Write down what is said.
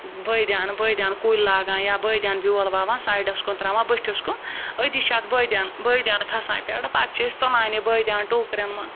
بٲدیان بٲدیان کُلۍ لاگان یا بٲدیان بیول وَوان سایڈَس کُن ترٛاوان بٔٹھِس کُن أتی چھِ اَتھ بٲدیان بٲدیان کھَسان پٮ۪ٹھٕ پَتہٕ چھِ أسۍ تُلان یہِ بٲدیان ٹوٗکرٮ۪ن منٛز